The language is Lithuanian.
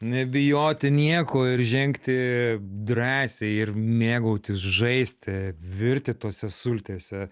nebijoti nieko ir žengti drąsiai ir mėgautis žaisti virti tose sultyse